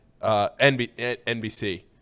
NBC